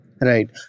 Right